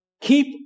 Keep